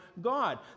God